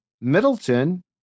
Middleton